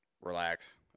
relax